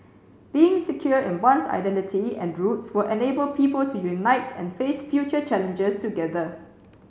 being secure in one's identity and roots were enable people to unite and face future challenges together